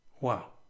Wow